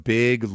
big